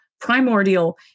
primordial